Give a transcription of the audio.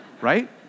right